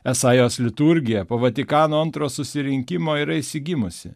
esą jos liturgija po vatikano antro susirinkimo yra išsigimusi